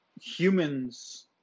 humans